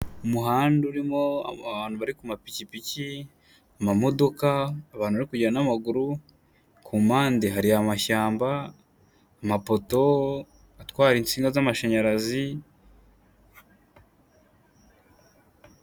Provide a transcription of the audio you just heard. Umuhanda urimo abantu bari ku mapikipiki, amamodoka, abantu bari kugenda n'amaguru, ku mpande hari amashyamba, amapoto atwara insinga z'amashanyarazi.